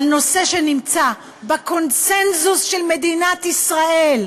בנושא שנמצא בקונסנזוס של מדינת ישראל,